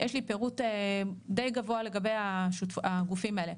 יש לי פירוט די גבוה לגבי הגופים האלה.